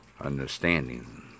understanding